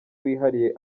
wihariye